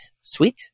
sweet